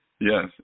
Yes